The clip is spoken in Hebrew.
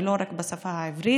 ולא רק בשפה העברית.